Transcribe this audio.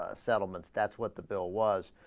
ah settlements that's what the bill was